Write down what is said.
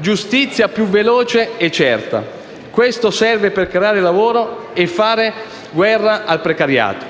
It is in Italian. giustizia più veloce e certa. Questo serve per creare lavoro e fare guerra al precariato.